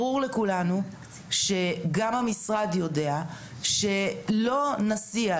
ברור לכולנו שגם המשרד יודע שלא נסיע,